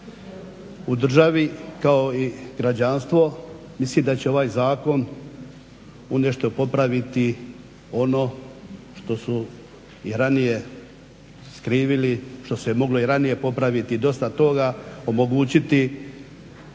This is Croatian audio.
u državi kao i građanstvo, mislim da će ovaj zakon nešto popraviti ono što su i ranije skrivili, što se je moglo i ranije popraviti dosta toga, omogućili